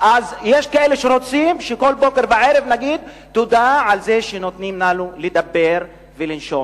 יש כאלה שרוצים שכל בוקר וערב נגיד תודה על זה שנותנים לנו לדבר ולנשום.